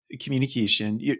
communication